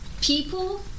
people